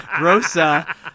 Rosa